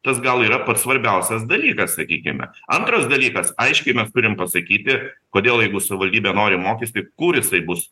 tas gal yra pats svarbiausias dalykas sakykime antras dalykas aiškiai mes turim pasakyti kodėl jeigu savaldybė nori mokestį kursai bus